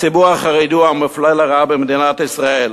הציבור החרדי הוא המופלה לרעה במדינת ישראל.